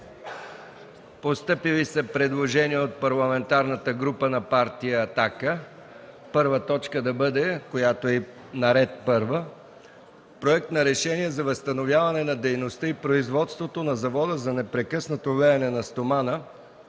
Постъпило е предложение от Парламентарната група на Партия „Атака” първа точка да бъде – Проект на решение за възстановяване на дейността и производството на Завода за непрекъснато леене на стомана